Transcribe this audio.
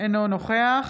אינו נוכח